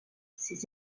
ces